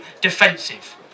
defensive